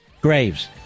Graves